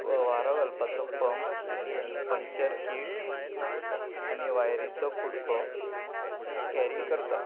वारो घालपाचो pump puncture kit आनी वायरीचो कु़डको कॅरी करतां